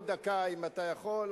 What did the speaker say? עוד דקה אם אתה יכול,